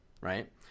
Right